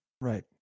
Right